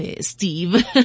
Steve